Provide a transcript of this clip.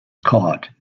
caught